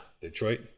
Detroit